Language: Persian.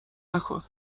نکن